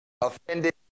offended